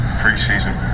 preseason